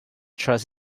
trust